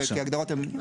כי ההגדרות הן --- בבקשה.